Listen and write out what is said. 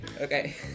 okay